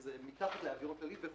מתחת לאווירון כללי.